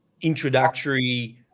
introductory